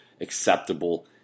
acceptable